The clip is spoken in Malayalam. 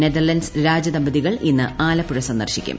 നെതർലന്റ്സ് രാജദമ്പതികൾ ഇന്ന് ആലപ്പുഴ സന്ദർശിക്കും